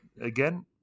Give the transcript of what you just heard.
Again